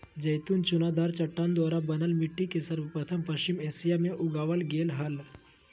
जैतून चुनादार चट्टान द्वारा बनल मिट्टी में सर्वप्रथम पश्चिम एशिया मे उगावल गेल हल